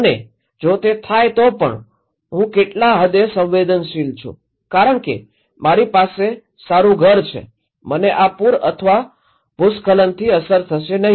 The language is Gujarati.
અને જો તે થાય તો પણ હું કેટલા હદે સંવેદનશીલ છું કારણ કે મારી પાસે સારું ઘર છે મને આ પૂર અથવા ભૂસ્ખલનથી અસર થશે નહીં